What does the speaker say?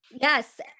Yes